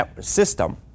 system